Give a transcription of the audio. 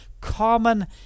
common